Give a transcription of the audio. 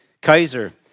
Kaiser